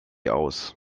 aus